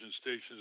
stations